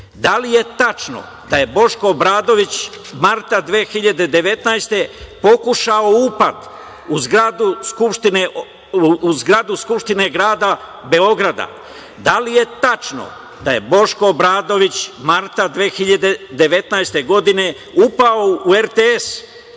li je tačno da je Boško Obradović marta 2019. godine pokušao upad u zgradu Skupštine grada Beograda? Da li je tačno da je Boško Obradović marta 2019. godine upao u RTS